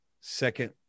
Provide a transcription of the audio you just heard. second